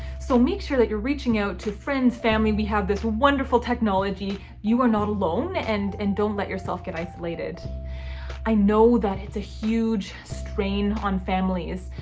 so make sure that you're reaching out to friends, family. we have this wonderful technology. you are not alone and and don't let yourself get isolated i know that it's a huge strain on families.